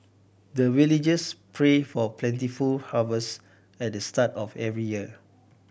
the villagers pray for plentiful harvest at the start of every year